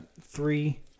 three